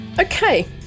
Okay